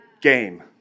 game